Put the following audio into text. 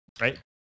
Right